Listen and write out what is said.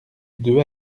deux